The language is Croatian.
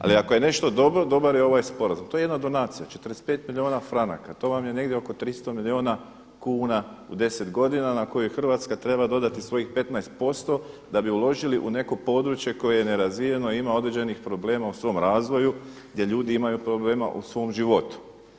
Ali ako je nešto dobro, dobar je ovaj sporazum, to je jedna donacija, 45 milijuna franaka, to vam je negdje oko 300 milijuna kuna u 10 godina na koju Hrvatska treba dodati svojih 15% da bi uložili u neko područje koje je nerazvijeno i ima određenih problema u svome razvoju gdje ljudi imaju problema u svom životu.